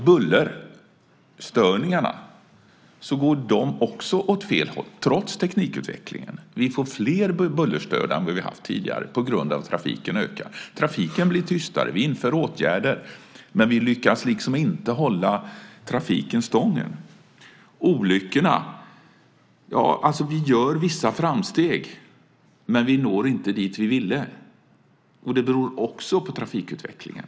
Bullerstörningarna går åt fel håll trots teknikutvecklingen. Vi får fler bullerstörda än tidigare på grund av att trafiken ökar. Trafiken blir tystare. Vi vidtar åtgärder. Men vi lyckas liksom inte hålla trafiken stången. Sedan har vi olyckorna. Vi gör vissa framsteg, men vi når inte dit vi ville. Det beror också på trafikutvecklingen.